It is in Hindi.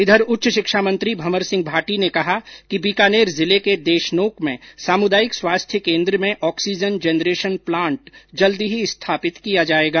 इधर उच्च शिक्षा मंत्री भंवर सिंह भाटी ने कहा कि बीकानेर जिले के देशनोक में सामुदायिक स्वास्थ्य केन्द्र में ऑक्सीजन जनरेशन प्लांट जल्द ही स्थापित किया जाएगा